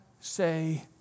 say